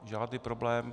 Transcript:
Žádný problém.